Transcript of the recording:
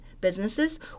businesses